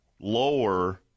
lower